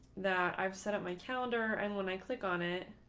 that i've set up my calendar and when i click on it.